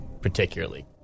particularly